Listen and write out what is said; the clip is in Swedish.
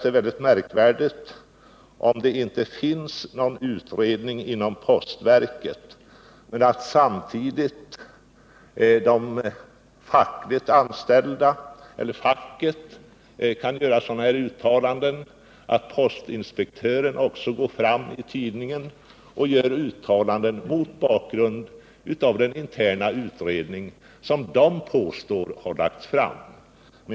Det vore mycket märkligt om det skulle förhålla sig så att någon sådan 65 utredning inte har genomförts inom postverket, särskilt med tanke på att facket gjort sådana uttalanden att postinspektören vänder sig till pressen och där gör uttalanden mot bakgrund av denna påstådda interna utredning.